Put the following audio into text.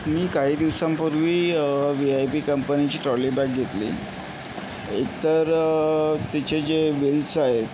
मी काही दिवसांपूर्वी V I P कंपनीची ट्रॉली बॅग घेतली एक तर तिचे जे वेल्स आहेत